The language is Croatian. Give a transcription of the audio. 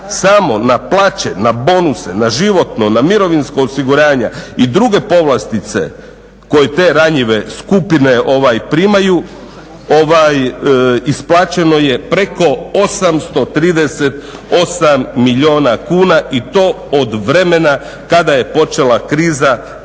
samo na plaće, na bonuse, na životno, na mirovinsko osiguranje i druge povlastice koje te ranjive skupine primaju isplaćeno je preko 838 milijuna kuna i to od vremena kada je počela kriza pa